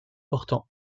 portant